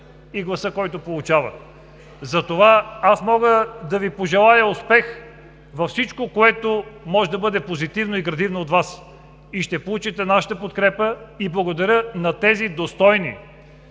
и гласа, който получават. Затова аз мога да Ви пожелая успех във всичко, което може да бъде позитивно и градивно от Вас. И ще получите нашата подкрепа. Благодаря на тези достойни